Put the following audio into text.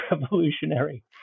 revolutionary